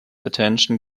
attention